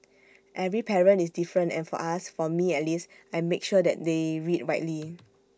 every parent is different and for us for me at least I make sure that they read widely